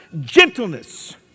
gentleness